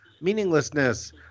meaninglessness